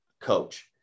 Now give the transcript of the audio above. coach